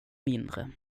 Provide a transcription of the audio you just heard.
mindre